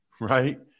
right